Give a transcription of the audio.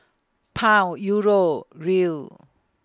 Pound Euro Riel